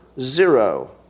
zero